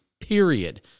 period